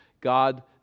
God